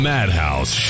Madhouse